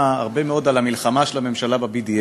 הרבה מאוד על המלחמה של הממשלה ב-BDS,